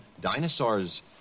Dinosaurs